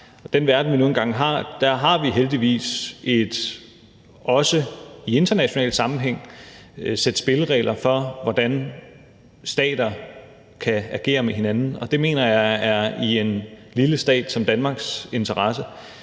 Og i den verden, vi nu engang har, har vi heldigvis også i en international sammenhæng et sæt spilleregler for, hvordan stater kan agere med hinanden, og det mener jeg er i en lille stat som Danmarks interesse.